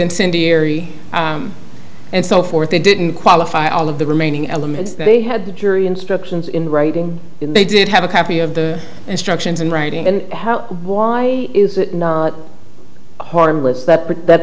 incendiary and so forth they didn't qualify all of the remaining elements they had the jury instructions in writing they did have a copy of the instructions in writing and how why is it harmless that